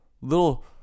little